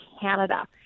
Canada